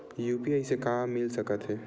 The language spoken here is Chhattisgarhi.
यू.पी.आई से का मिल सकत हे?